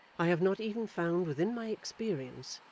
i have not even found, within my experience,